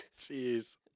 jeez